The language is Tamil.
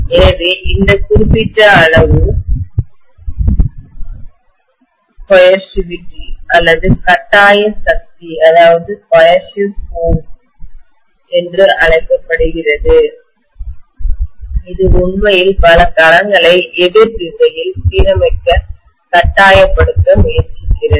எனவே இந்த குறிப்பிட்ட அளவு வற்புறுத்தல் கொயர்சிவிட்டி அல்லது கட்டாய சக்திகொயர்சிவ் ஃபோர்ஸ் என்று அழைக்கப்படுகிறது இது உண்மையில் பல களங்களை எதிர் நிலையில் சீரமைக்க கட்டாயப்படுத்த முயற்சிக்கிறது